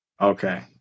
Okay